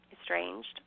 estranged